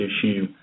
issue